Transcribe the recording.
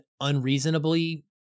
unreasonably